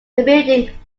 building